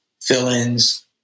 fill-ins